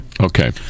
Okay